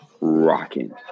rocking